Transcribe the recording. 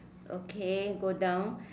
okay go down